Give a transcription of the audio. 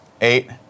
Eight